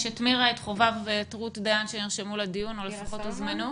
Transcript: חובב ורות דיין נרשמו לדיון או לפחות הוזמנו.